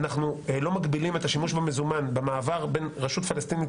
אנחנו לא מגבילים את השימוש במזומן במעבר בין רשות פלסטינית